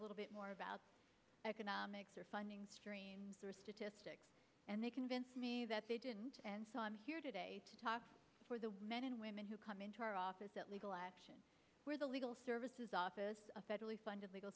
a little bit more about economics or funding streams or statistics and they convinced me that they didn't and so i'm here today to talk for the men and women who come into our office at legal action where the legal services office a federally funded legal